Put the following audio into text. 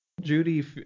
Judy